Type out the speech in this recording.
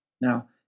Now